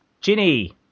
Ginny